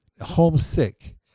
homesick